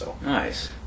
Nice